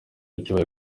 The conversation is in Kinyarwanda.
kibaye